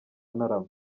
ntarama